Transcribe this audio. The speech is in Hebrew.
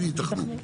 יבילים,